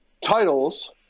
titles